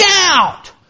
out